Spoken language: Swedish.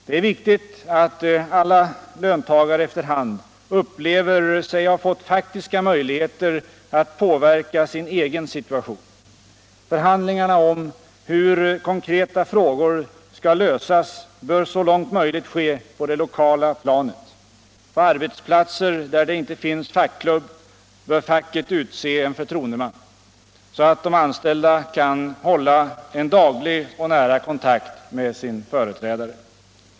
Det är viktigt att alla löntagare efter hand upplever sig ha fått faktiska möjligheter att påverka sin egen situation. Förhandlingarna om hur konkreta frågor skall lösas bör så långt möjligt ske på det lokala planet. På arbetsplatser där det inte finns fackklubb bör facket utse en förtroendeman, så alt de anställda kan hålla en daglig och nära kontakt med sin företrädare.